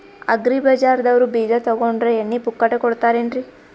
Agri ಬಜಾರದವ್ರು ಬೀಜ ತೊಗೊಂಡ್ರ ಎಣ್ಣಿ ಪುಕ್ಕಟ ಕೋಡತಾರೆನ್ರಿ?